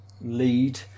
lead